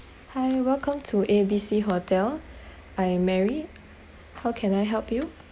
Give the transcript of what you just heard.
hi welcome to A B C hotel I am mary how can I help you